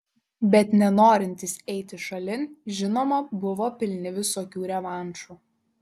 bet nenorintys eiti šalin žinoma buvo pilni visokių revanšų